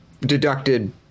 deducted